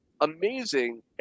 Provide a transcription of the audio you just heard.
Amazing